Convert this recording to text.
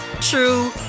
true